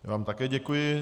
Já vám také děkuji.